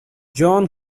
jon